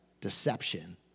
Deception